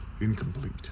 incomplete